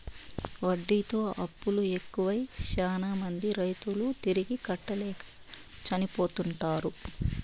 వడ్డీతో అప్పులు ఎక్కువై శ్యానా మంది రైతులు తిరిగి కట్టలేక చనిపోతుంటారు